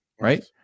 right